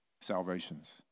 salvations